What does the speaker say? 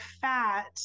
fat